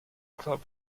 club